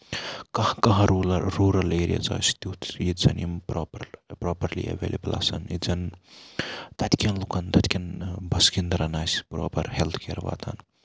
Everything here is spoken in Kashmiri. کانٛہہ کانٛہہ رُورل رُورل ایریاز آسہِ تیُتھ ییٚتہِ زَن یِم پراپر پراپرلی ایٚولِیبٕل آسن ییٚتہِ زَن تَتہِ کین لُکن تَتہِ کین بَسکِندَرَن آسہِ پراپر ہیٚلٕتھ کِیر واتان